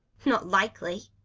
not likely.